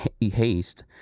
haste